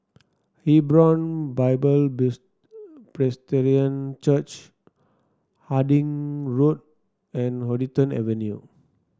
Hebron Bible Presbyterian Church Harding Road and Huddington Avenue